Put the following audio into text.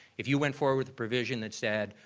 if you went forward with a provision that said,